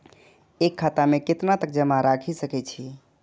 एक खाता में केतना तक जमा राईख सके छिए?